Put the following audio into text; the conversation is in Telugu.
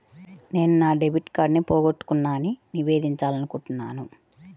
నేను నా డెబిట్ కార్డ్ని పోగొట్టుకున్నాని నివేదించాలనుకుంటున్నాను